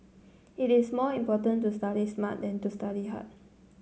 it is more important to study smart than to study hard